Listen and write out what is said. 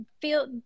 feel